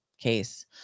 case